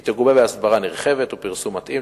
היא תגובה בהסברה נרחבת ובפרסום מתאים,